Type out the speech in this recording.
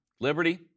Liberty